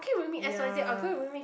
ya